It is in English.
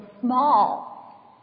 small